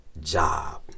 job